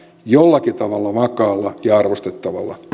jollakin tavalla vakaalla ja arvostettavalla